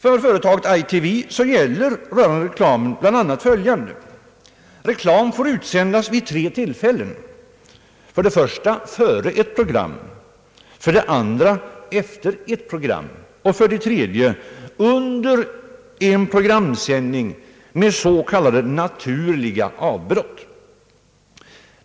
För företaget ITV gäller rörande reklamen bl.a. följande: Reklam får utsändas vid tre tillfällen: för det första före ett program, för det andra efter ett program och för det tredje under en programsändning vid s.k. naturliga avbrott.